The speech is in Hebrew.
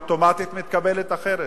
אוטומטית מתקבלת אחרת.